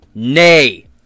Nay